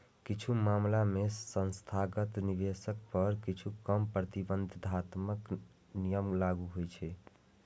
किछु मामला मे संस्थागत निवेशक पर किछु कम प्रतिबंधात्मक नियम लागू होइ छै